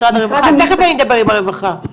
תיכף אני אדבר עם הרווחה.